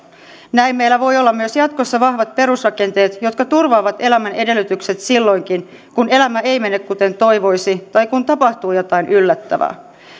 näin meillä voi olla myös jatkossa vahvat perusrakenteet jotka turvaavat elämän edellytykset silloinkin kun elämä ei mene kuten toivoisi tai kun tapahtuu jotain yllättävää